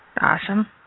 Awesome